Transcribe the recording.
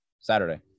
Saturday